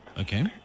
Okay